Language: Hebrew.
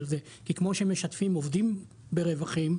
כי כמו שמשתפים עובדים ברווחים,